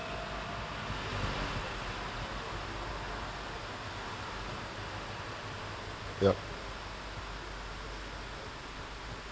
yup